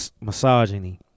misogyny